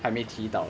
还没提到